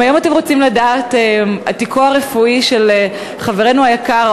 אם היום אתם רוצים לדעת על תיקו הרפואי של חברנו היקר,